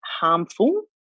harmful